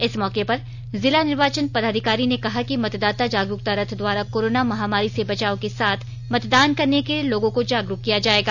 इस मौके पर जिला निर्वाचन पदाधिकारी ने कहा कि मतदाता जागरूकता रथ द्वारा कोरोना महामारी से बचाव के साथ मतदान करने के लिए लोगो को जागरूक किया जाएगा